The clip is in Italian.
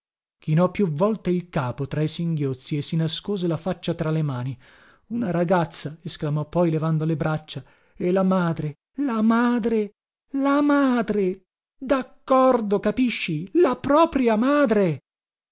messo chinò più volte il capo tra i singhiozzi e si nascose la faccia tra le mani una ragazza esclamò poi levando le braccia e la madre la madre la madre daccordo capisci la propria madre